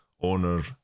owner